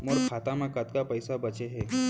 मोर खाता मा कतका पइसा बांचे हे?